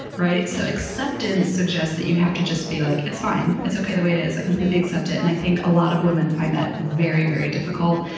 so, acceptance suggests that you have to just be like, it's fine. it's okay the way it is. i completely accept it, and i think a lot of women find that very, very difficult.